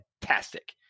fantastic